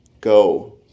go